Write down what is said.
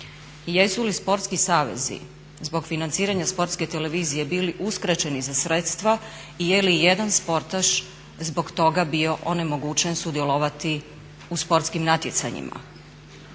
jesu li sportski savezi zbog financiranja sportske televizije bili uskraćeni za sredstva i je li i jedan sportaš zbog toga bio onemogućen sudjelovati u sportskim natjecanjima?